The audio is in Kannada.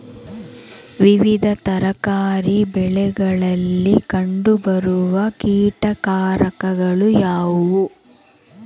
ವಿವಿಧ ತರಕಾರಿ ಬೆಳೆಗಳಲ್ಲಿ ಕಂಡು ಬರುವ ಕೀಟಕಾರಕಗಳು ಯಾವುವು?